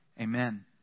Amen